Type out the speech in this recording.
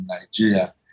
Nigeria